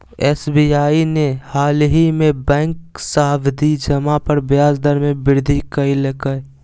SBI ने हालही में बैंक सावधि जमा पर ब्याज दर में वृद्धि कइल्कय